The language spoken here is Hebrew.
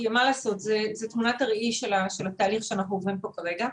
כי זאת תמונת הראי של התהליך שאנחנו עוברים פה כרגע.